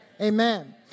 Amen